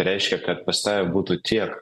reiškia kad pas tave būtų tiek